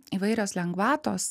įvairios lengvatos